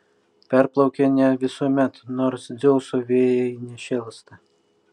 perplaukia ne visuomet nors dzeuso vėjai nešėlsta